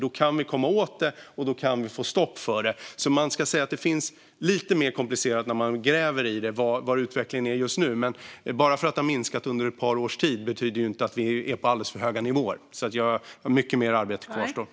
Då kan vi komma åt det, och då kan vi få stopp på det. När man gräver i det kan man alltså säga att det är lite mer komplicerat vad gäller hur utvecklingen ser ut just nu. Men även om det har minskat under ett par års tid är det ändå alldeles för höga nivåer. Mycket mer arbete kvarstår.